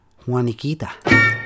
Juaniquita